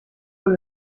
weil